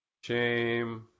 shame